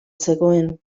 zegoen